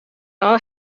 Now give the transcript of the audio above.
all